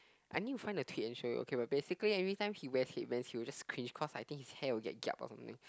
I need to find the tweet and show you okay but basically every time he wear headbands he will just cringe or something cause I think his hair will get kiap or something